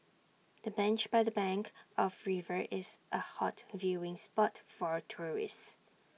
the bench by the bank of river is A hot viewing spot for tourists